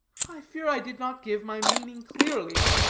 i fear i did not give my meaning clearly.